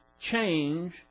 change